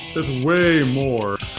it's way more.